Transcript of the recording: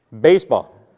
Baseball